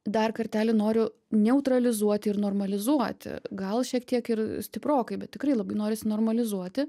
dar kartelį noriu neutralizuoti ir normalizuoti gal šiek tiek ir stiprokai bet tikrai labai norisi normalizuoti